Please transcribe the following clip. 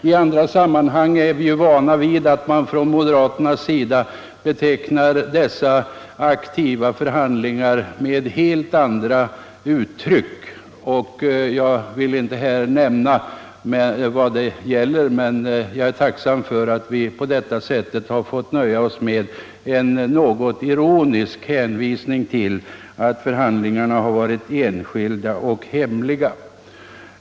I andra sammanhang är vi vana vid att moderaterna betecknar dessa aktiva förhandlingar med helt andra uttryck. Jag vill här inte nämna vilka dessa uttryck är, men jag är tacksam för att man i detta fall nöjt sig med en något ironisk hänvisning till att förhandlingarna har varit enskilda och hemliga.